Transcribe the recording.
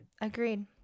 agreed